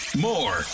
More